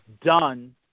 done